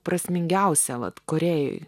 prasmingiausia vat korėjoj